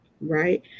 Right